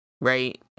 right